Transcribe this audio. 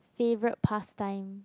favourite past time